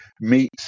Meet